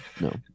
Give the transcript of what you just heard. No